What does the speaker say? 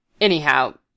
Anyhow